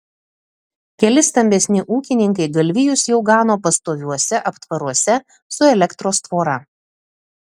keli stambesni ūkininkai galvijus jau gano pastoviuose aptvaruose su elektros tvora